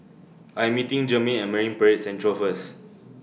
I'm meeting Jermaine At Marine Parade Central First